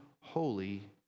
holy